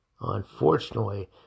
unfortunately